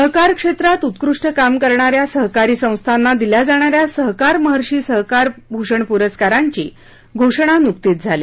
सहकार क्षेत्रात उत्कृष्ट काम करणाऱ्या सहकारी संस्थाना दिल्या जाणाऱ्या सहकार महर्षी सहकार भूषण पुरस्कारांची घोषणा नुकतीच झाली